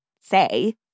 say